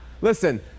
listen